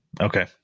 Okay